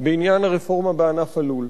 בעניין הרפורמה בענף הלול.